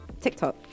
TikTok